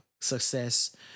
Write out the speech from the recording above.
success